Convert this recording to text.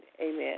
Amen